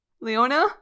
Leona